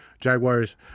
Jaguars